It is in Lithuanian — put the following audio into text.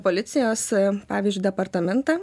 policijos pavyzdžiui departamentą